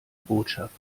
botschaft